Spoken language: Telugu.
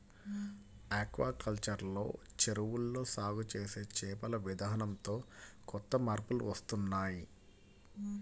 ఆక్వాకల్చర్ లో చెరువుల్లో సాగు చేసే చేపల విధానంతో కొత్త మార్పులు వస్తున్నాయ్